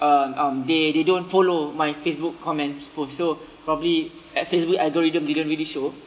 um um they they don't follow my facebook comments post so probably at facebook algorithm didn't really show